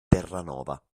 terranova